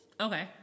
okay